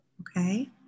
okay